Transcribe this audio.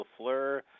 Lafleur